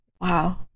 Wow